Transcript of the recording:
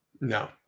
no